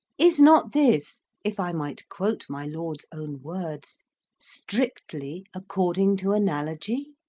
is not this if i might quote my lord's own words strictly according to analogy?